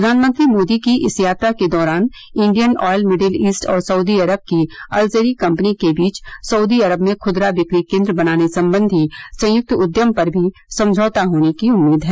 प्रधानमंत्री श्री मोदी की इस यात्रा के दौरान इंडियन ऑयल मिडिलिस्ट और सऊदी अरब की अल जेरी कंपनी के बीच सऊदी अरब में खुदरा विक्री केन्द्र बनाने संबंधी संयुक्त उद्यम पर भी समज्ञौता होने की उम्मीद है